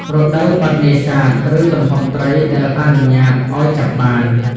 រដូវបិទនេសាទ ឬទំហំត្រីដែលអនុញ្ញាតឲ្យចាប់បាន។